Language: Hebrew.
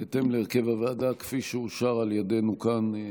בהתאם להרכב הוועדה שאושר על ידינו כאן היום.